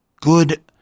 good